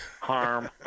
harm